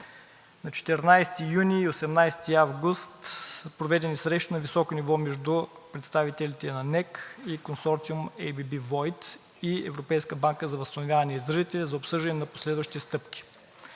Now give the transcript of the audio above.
На 14 юни и 18 август са проведени срещи на високо ниво между представителите на НЕК и Консорциум „АББ Войт“ и Европейската банка за възстановяване и развитие за обсъждане на последващи стъпки.